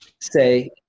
say